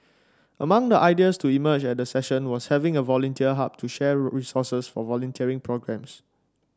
among the ideas to emerge at the session was having a volunteer hub to share resources for volunteering programmes